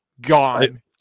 gone